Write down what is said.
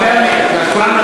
לא מוכנים, לא מוכנים.